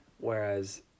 whereas